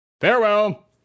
Farewell